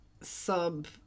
Sub